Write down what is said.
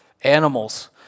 animals